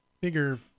bigger